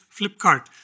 Flipkart